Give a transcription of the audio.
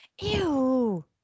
Ew